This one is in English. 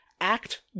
act